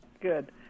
Good